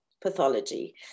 pathology